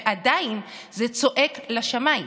ועדיין זה צועק לשמיים,